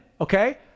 Okay